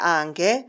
anche